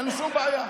אין שום בעיה.